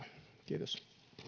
kiitos